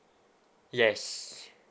yes